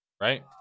right